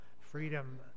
freedom